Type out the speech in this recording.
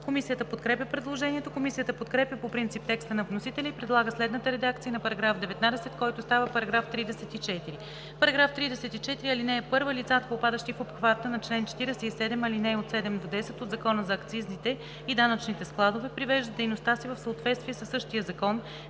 Комисията подкрепя предложението. Комисията подкрепя по принцип текста на вносителя и предлага следната редакция на § 19, който става § 34: „§ 34. (1) Лицата, попадащи в обхвата на чл. 47, ал. 7 – 10 от Закона за акцизите и данъчните складове, привеждат дейността си в съответствие със същия закон,